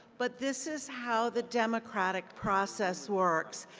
but this is how the domestic process works.